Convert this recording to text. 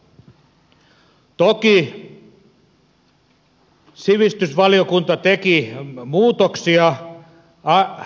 toki sivistysvaliokunta teki muutoksia esitykseen